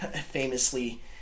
famously